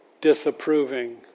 disapproving